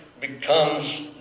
becomes